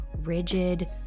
rigid